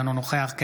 יצחק